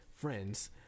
Friends